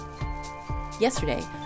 Yesterday